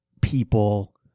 people